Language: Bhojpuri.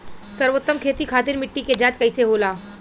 सर्वोत्तम खेती खातिर मिट्टी के जाँच कईसे होला?